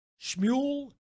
Shmuel